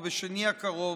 או בשני הקרוב,